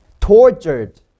tortured